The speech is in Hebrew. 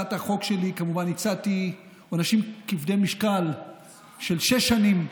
בהצעת החוק שלי כמובן הצעתי עונשים כבדי משקל של שש שנים,